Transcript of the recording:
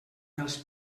dels